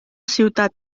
ciutat